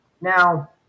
now